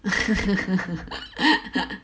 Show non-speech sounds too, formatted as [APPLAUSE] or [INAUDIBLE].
[LAUGHS]